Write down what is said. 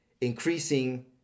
increasing